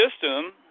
system